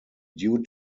due